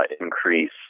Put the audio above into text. increase